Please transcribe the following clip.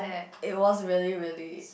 it was really really